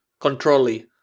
Controlly